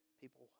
people